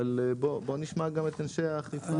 אבל בואו נשמע גם את אנשי האכיפה.